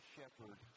Shepherd